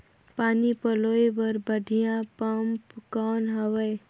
पानी पलोय बर बढ़िया पम्प कौन हवय?